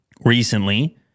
recently